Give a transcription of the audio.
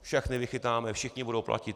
Všechny vychytáme, všichni budou platit.